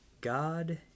God